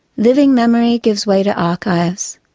living memory gives way to archives,